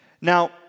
Now